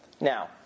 Now